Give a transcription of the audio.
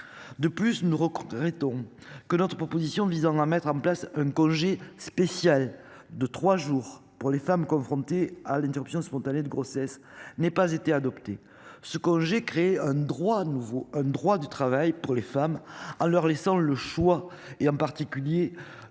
De plus ne recruterait ton que notre proposition visant à mettre en place un congé spécial de 3 jours pour les femmes confrontées à l'interruption spontanée de grossesse n'ait pas été adopté ce congé crée un droit nouveau un droit du travail pour les femmes en leur laissant le choix et en particulier,